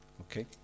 Okay